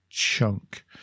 Chunk